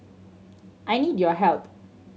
I need your help